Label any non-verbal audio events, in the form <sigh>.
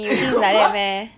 <laughs>